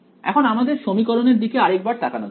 এখন আমাদের সমীকরণের দিকে আরেকবার তাকানো যাক